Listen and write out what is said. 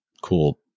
cool